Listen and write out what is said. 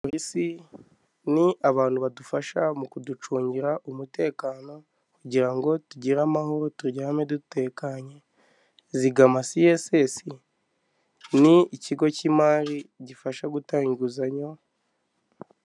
Abaporisi ni abantu badufasha mu kuducungira umutekano, kugira ngo tugire amahoro turyame dutekanye. ZIGAMA CSS ni ikigo cy'imari gifasha gutanga inguzanyo.